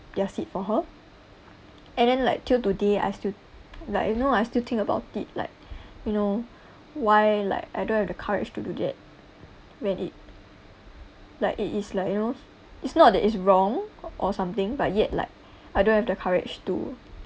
their seat for her and then like until today I still like you know I still think about it like you know why like I don't have the courage to do that when it like it is like you know it's not that it's wrong or something but yet like I don't have the courage to